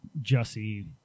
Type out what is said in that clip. Jussie